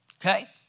okay